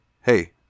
hey